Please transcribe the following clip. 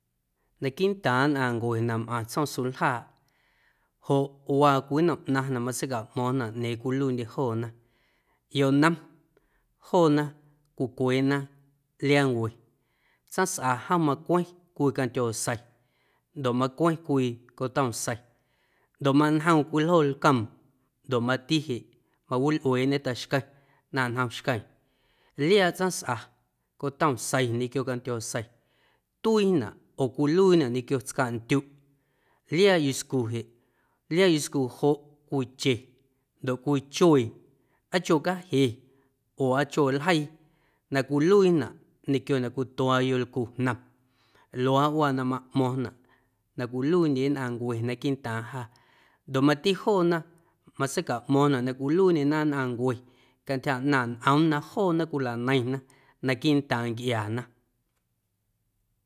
Naquiiꞌ ntaaⁿ nnꞌaⁿncue na mꞌaⁿ tsjoom suljaaꞌ joꞌ waa cwii nnom ꞌnaⁿ na matseicaꞌmo̱ⁿnaꞌ ꞌñeeⁿ cwiluiindye joona yonom joona cwicweeꞌna liaancue tsaⁿsꞌa jom macweⁿ cwii cantyoaasei ndoꞌ macweⁿ cwii cotomaasei ndoꞌ manjoom cwii ljo lcoom ndoꞌ mati jeꞌ mawilꞌueeꞌñe taxqueⁿ na njom xqueeⁿ liaaꞌ tsaⁿsꞌa cotomaasei ñequio cantyoaasei tuiinaꞌ oo cwiluiinaꞌ ñequio tscaꞌndyuꞌ, liaaꞌ yuscu jeꞌ, liaaꞌ yuscu joꞌ cwii che ndoꞌ cwii chuee aa chuee caje oo aa chuee ljeii na cwiluiinaꞌ ñequio na cwituaa yolcu jnom luaaꞌwaa na maꞌmo̱ⁿnaꞌ na cwiluiindye nnꞌaⁿncue naquiiꞌntaaⁿ jâ ndoꞌ mati joona matseicaꞌmo̱ⁿnaꞌ na cwiluiindye nnꞌaⁿncue cantyja ꞌnaaⁿꞌ ñꞌoom na joona cwilaneiⁿna naquiiꞌntaaⁿ ncꞌiaana.